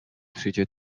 przyjdzie